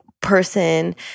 person